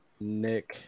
Nick